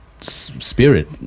spirit